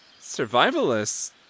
Survivalists